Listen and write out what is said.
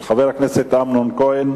של חבר הכנסת אמנון כהן: